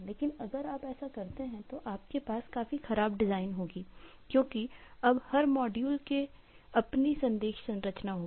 लेकिन अगर आप ऐसा करते हैं तो आपके पास काफी खराब डिजाइन होगी क्योंकि अब हर मॉड्यूल की अपनी संदेश संरचना होगी